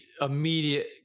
immediate